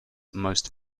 most